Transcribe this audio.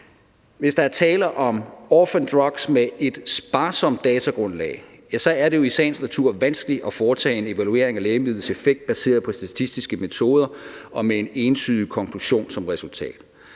Hvis der er tale om orphan drugs med et sparsomt datagrundlag, er det i sagens natur vanskeligt at foretage en evaluering af lægemidlets effekt baseret på statistiske metoder og med en entydig konklusion som resultat.